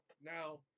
Now